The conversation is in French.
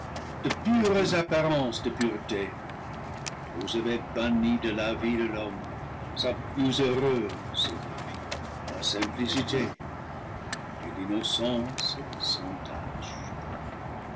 de pures apparences de pureté vous avez banni de la vie de l'homme sa plus heureuse vie la simplicité et l'innocence sans